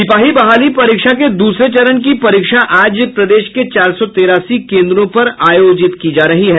सिपाही बहाली परीक्षा के दूसरे चरण की परीक्षा आज प्रदेश के चार सौ तेरासी केंद्रों पर आयोजित की जा रही है